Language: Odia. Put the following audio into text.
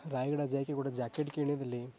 ରାୟଗଡ଼ା ଯାଇକି ଗୋଟେ ଜ୍ୟାକେଟ୍ କିଣିଥିଲି